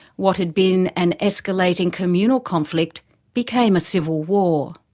what had been an escalating communal conflict became a civil war.